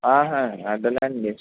ఆహా అదేలేండి